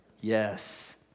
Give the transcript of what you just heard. Yes